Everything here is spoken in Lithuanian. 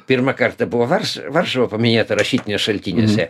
pirmą kartą buvo varš varšuva paminėta rašytiniuos šaltiniuose